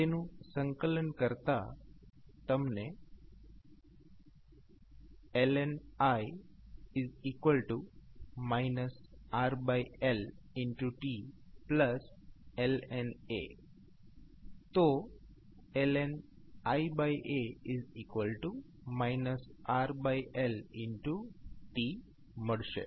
તેનું સંકલન કરતા તમને ln i RLt ln A ln iA RLt મળશે